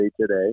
today